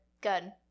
good